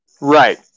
Right